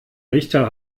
richter